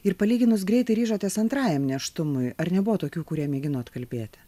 ir palyginus greitai ryžotės antrajam nėštumui ar nebuvo tokių kurie mėgino atkalbėti